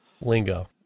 Lingo